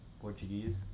Portuguese